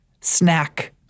snack